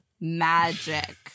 magic